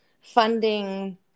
funding